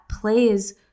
plays